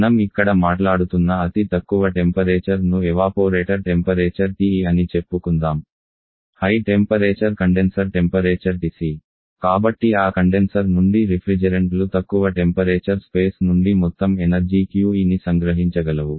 మనం ఇక్కడ మాట్లాడుతున్న అతి తక్కువ టెంపరేచర్ ను ఎవాపోరేటర్ టెంపరేచర్ TE అని చెప్పుకుందాం high temperature condenser temperature TC కాబట్టి ఆ కండెన్సర్ నుండి రిఫ్రిజెరెంట్లు తక్కువ టెంపరేచర్ స్పేస్ నుండి మొత్తం ఎనర్జీ QE ని సంగ్రహించగలవు